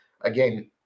again